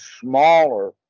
smaller